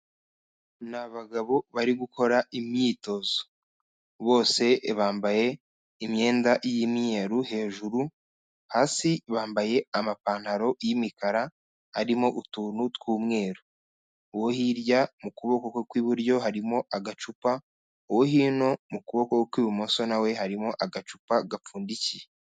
Ni abagabo bari gukora imyitozo. Bose bambaye imyenda y'imyeru hejuru, hasi bambaye amapantaro y'imikara arimo utuntu tw'umweru. Uwo hirya mu kuboko kwe kw'iburyo harimo agacupa, uwo hino mu kuboko kw'ibumoso na we harimo agacupa gapfundikiye.